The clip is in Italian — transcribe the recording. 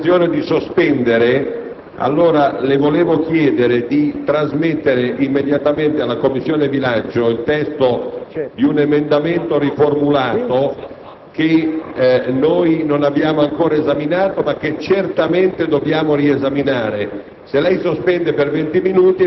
Signor Presidente, se lei ha intenzione di sospendere la seduta, allora le vorrei chiedere di trasmettere immediatamente alla Commissione bilancio il testo di un emendamento riformulato